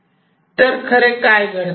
तर खरे काय घडते